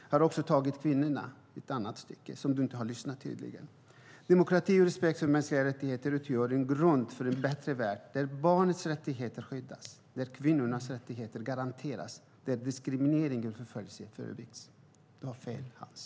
Jag har också tagit upp kvinnorna i ett annat stycke som du tydligen inte har lyssnat på: Demokrati och respekt för mänskliga rättigheter utgör en grund för en bättre värld där barnets rättigheter skyddas, där kvinnors rättigheter garanteras och där diskriminering och förföljelse förebyggs. Du har fel, Hans.